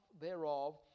thereof